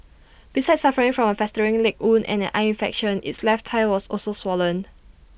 besides suffering from A festering leg wound and an eye infection its left thigh was also swollen